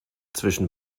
zwischen